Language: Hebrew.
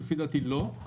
לפי דעתי לא,